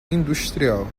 industrial